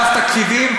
אגף תקציבים,